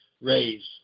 raise